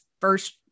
first